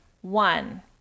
one